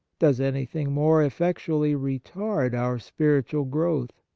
does anything more effectually retard our spiritual growth?